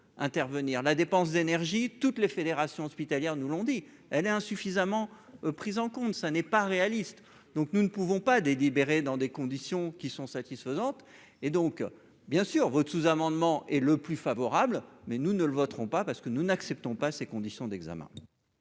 intervenir. Comme toutes les fédérations hospitalières nous l'ont dit, la dépense d'énergie est insuffisamment prise en compte. Ce n'est pas réaliste. Nous ne pouvons pas délibérer dans des conditions satisfaisantes. Bien sûr, votre sous-amendement est le plus favorable, mais nous ne le voterons pas, parce que nous n'acceptons pas ces conditions d'examen.